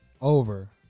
Over